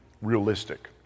realistic